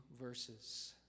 verses